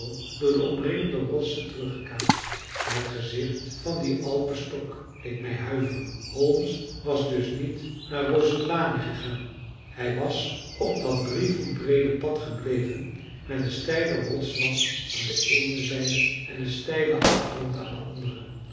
door de omringende rotsen teruggekaatst het gezicht van dien alpenstok deed mij huiveren holmes was dus niet naar rosenlani gegaan hij was op dat drie voet breede pad gebleven met een steilen rotswand aan de eene zijde en een steilen afgrond aan de andere